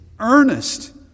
earnest